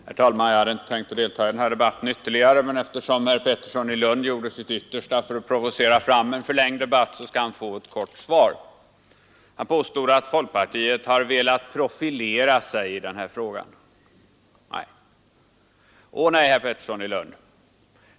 Herr talman! Jag hade inte tänkt att ytterligare delta i den här debatten, men eftersom herr Pettersson i Lund gjorde sitt yttersta för att provocera fram en förlängning av debatten, så skall han få ett kort svar. Han påstod att folkpartiet har velat profilera sig i den här frågan. Ånej, herr Pettersson i Lund!